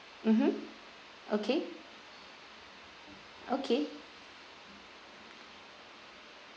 mmhmm okay okay